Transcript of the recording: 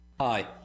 Hi